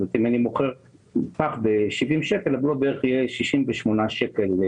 אם אני מוכר פח ב-70 שקל, הבלו יהיה בערך 68 שקל.